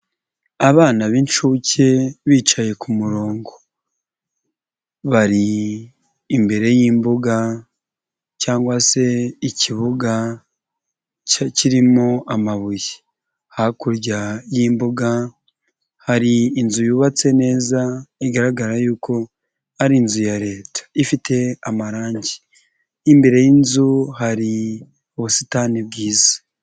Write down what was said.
Abana b'inshuke bicaye ku murongo bari imbere y'imbuga cyangwa se ikibuga kirimo amabuye, hakurya y'imbuga hari inzu yubatse neza igaragara y'uko ari inzu ya leta ifite amarangi, imbere y'inzu hari ubusitani bwiza.